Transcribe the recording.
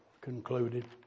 concluded